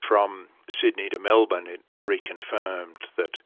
from sydney to melbourne it reconfirmed that